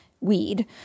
weed